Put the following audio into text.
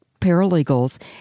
paralegals